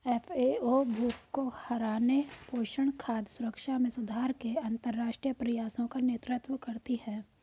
FAO भूख को हराने, पोषण, खाद्य सुरक्षा में सुधार के अंतरराष्ट्रीय प्रयासों का नेतृत्व करती है